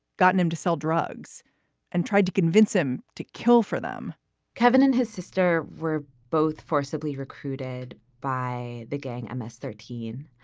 gotten him to sell drugs and tried to convince him to kill for them kevin and his sister were both forcibly recruited by the gang, ms. thirteen.